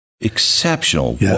exceptional